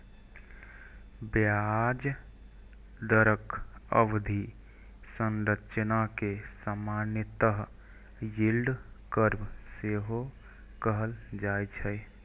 ब्याज दरक अवधि संरचना कें सामान्यतः यील्ड कर्व सेहो कहल जाए छै